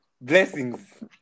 Blessings